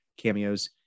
cameos